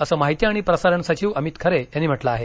असं माहिती आणि प्रसारण सचिव अमित खरे यांनी म्हंटल आहे